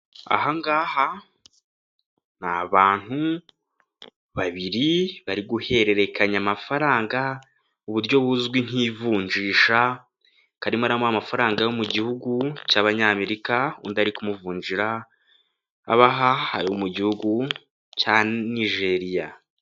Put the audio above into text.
Ahangaha ni abantu babiri bari guhererekanya amafaranga uburyo buzwi nk'ivunjisha ko arimo aramuha amafaranga yo mu gihugu cy'Abanyamerika undi ari kumuvunjira abaha ayo mu gihugu cya Nijeriya.